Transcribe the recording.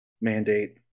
mandate